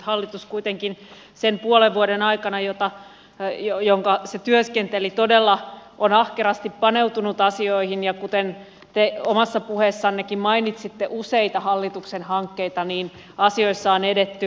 hallitus kuitenkin sen puolen vuoden aikana jonka se työskenteli todella on ahkerasti paneutunut asioihin ja kuten te omassa puheessannekin mainitsitte on useita hallituksen hankkeita ja asioissa on edetty